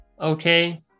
okay